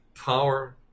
Power